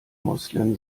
moslem